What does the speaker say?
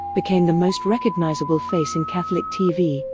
became the most recognizable face in catholic tv,